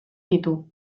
ditu